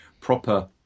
proper